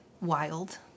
wild